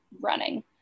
running